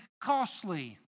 costly